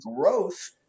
growth